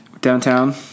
downtown